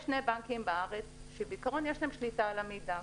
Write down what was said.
יש שני בנקים בארץ שבעיקרון יש להם שליטה על המידע.